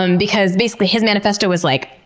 um because basically, his manifesto was like,